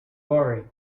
worry